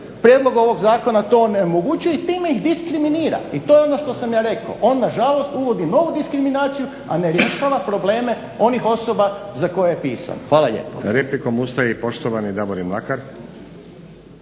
prijedlog ovog zakona to onemogućuje i time ih diskriminira i to je ono što sam ja rekao. On nažalost uvodi novu diskriminaciju, a ne rješava probleme onih osoba za koje je pisan. Hvala lijepa.